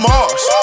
Mars